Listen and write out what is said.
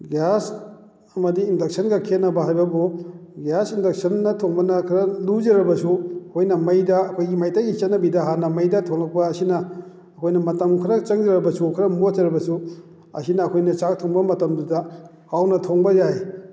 gas ꯑꯃꯗꯤ ꯏꯟꯗꯛꯁꯟꯒ ꯈꯦꯅꯕ ꯍꯥꯏꯕꯕꯨ ꯒ꯭ꯌꯥꯁ ꯏꯟꯗꯛꯁꯟꯅ ꯊꯣꯡꯕꯅ ꯈꯔ ꯂꯨꯖꯔꯕꯁꯨ ꯍꯣꯏꯅ ꯃꯩꯗ ꯑꯩꯈꯣꯏꯒꯤ ꯃꯩꯇꯩꯒꯤ ꯆꯠꯅꯕꯤꯗ ꯍꯥꯟꯅ ꯃꯩꯗ ꯊꯣꯡꯂꯛꯄ ꯑꯁꯤꯅ ꯑꯩꯈꯣꯏꯅ ꯃꯇꯝ ꯈꯔ ꯆꯪꯖꯔꯕꯁꯨ ꯈꯔ ꯃꯣꯠꯆꯔꯕꯁꯨ ꯑꯁꯤꯅ ꯑꯩꯈꯣꯏꯅ ꯆꯥꯛ ꯊꯣꯡꯕ ꯃꯇꯝꯗꯨꯗ ꯍꯥꯎꯅ ꯊꯣꯡꯕ ꯌꯥꯏ